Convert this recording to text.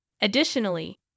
Additionally